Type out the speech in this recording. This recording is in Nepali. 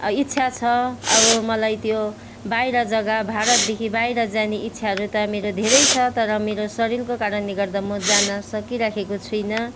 इच्छा छ अब मलाई त्यो बाहिर जग्गा भारतदेखि बाहिर जाने इच्छाहरू त मेरो धेरै छ तर मेरो शरीरको कारणले गर्दा म जान सकिराखेको छुइनँ